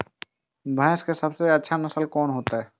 भैंस के सबसे अच्छा नस्ल कोन होते?